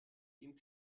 indem